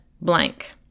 blank